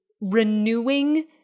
renewing